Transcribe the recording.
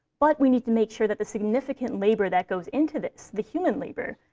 but we need to make sure that the significant labor that goes into this, the human labor,